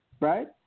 Right